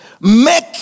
make